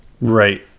Right